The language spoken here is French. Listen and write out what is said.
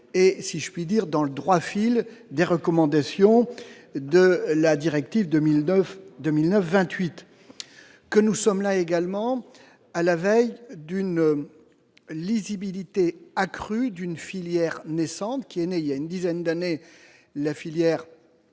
et si je puis dire, dans le droit fil des recommandations de la directive 2002 2009 28 que nous sommes là, également, à la veille d'une lisibilité accrue d'une filière naissante qui est né il y a une dizaine d'années, la filière